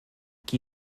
qui